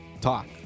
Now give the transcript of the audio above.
talk